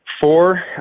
four